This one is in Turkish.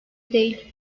değil